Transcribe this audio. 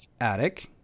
Attic